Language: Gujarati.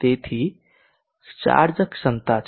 તેથી ચાર્જ ક્ષમતા છે